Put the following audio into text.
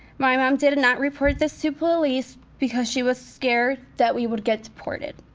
my mom did and not report this to police because she was scared that we would get deported.